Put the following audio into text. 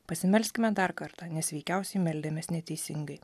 pasimelskime dar kartą nes veikiausiai meldėmės neteisingai